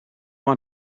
want